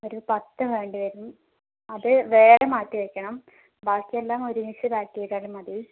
ഒരു പത്ത് വേണ്ടി വരും അത് വേറെ മാറ്റി വെക്കണം ബാക്കിയെല്ലാം ഒരുമിച്ച് പാക്കെയ്താലും മതി